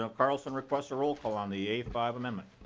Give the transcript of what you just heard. so carlson requests a roll call on the a five amendment.